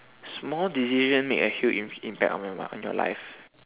small decision make a huge im~ impact on your life on your life